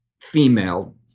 female